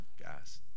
guys